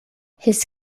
his